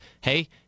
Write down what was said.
hey